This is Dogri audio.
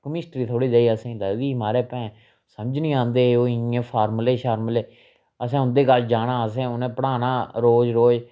कमिस्ट्री थोह्ड़ी जेही असेंगी लगदी ही महाराज भैं समझ नी आंदी ही ओह् इ'यां फार्मुले शार्मुले असें उं'दे कश जाना असें उ'नें पढ़ाना रोज रोज